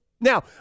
Now